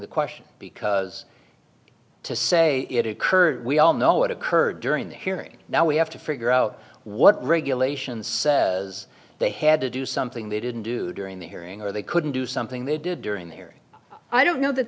the question because to say it occurred we all know what occurred during the hearing that we have to figure out what regulations says they had to do something they didn't do during the hearing or they couldn't do something they did during the hearing i don't know that